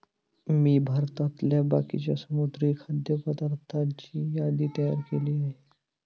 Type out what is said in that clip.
मी भारतातल्या बाकीच्या समुद्री खाद्य पदार्थांची यादी तयार केली आहे